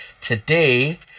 today